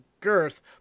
girth